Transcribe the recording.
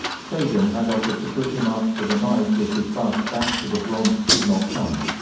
sagan had offered to put him up for the night if his bus back to the bronx did not come.